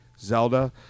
Zelda